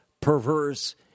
perverse